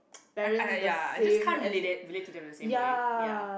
I I ya I just can't relate that relate to then in the same way ya